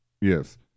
Yes